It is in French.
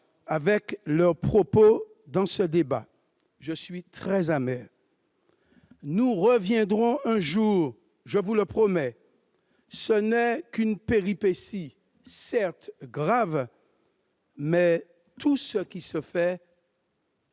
ont tenus dans ce débat. Bravo ! Je suis très amer. Nous reviendrons un jour, je vous le promets. Ce n'est qu'une péripétie, certes grave, mais tout ce qui se fait